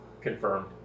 Confirmed